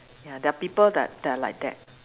ya there are people that that are like that